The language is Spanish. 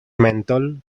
mentol